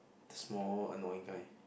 the small annoying kind